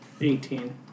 Eighteen